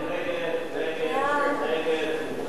ההצעה